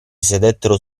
sedettero